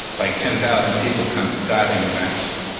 like ten thousand people come to diving events.